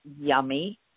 yummy